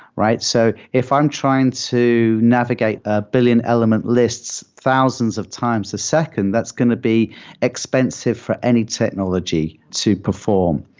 so if i'm trying to navigate a billion element lists thousands of times a second, that's going to be expensive for any technology to perform.